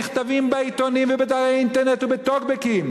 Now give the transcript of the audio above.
נכתבים בעיתונים ובאתרי אינטרנט ובטוקבקים.